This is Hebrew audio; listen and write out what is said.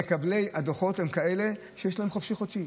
של מקבלי הדוחות הם כאלה שיש להם חופשי-חודשי,